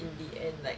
in the end